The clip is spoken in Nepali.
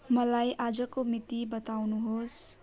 मलाई आजको मिति बताउनुहोस्